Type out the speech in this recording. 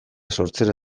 sortzera